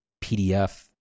PDF